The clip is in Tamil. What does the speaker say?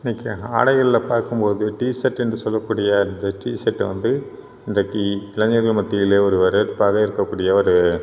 இன்றைக்கி ஆடைகளில் பார்க்கும் போது டிஷர்ட்டு என்று சொல்ல கூடிய அந்த டிஷர்ட்டை வந்து இன்றைக்கு இளைஞர்கள் மத்தியில் ஒரு வரவேற்பாக இருக்கக்கூடிய ஒரு